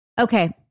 Okay